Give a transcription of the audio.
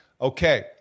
Okay